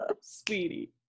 Sweetie